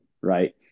right